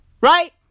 right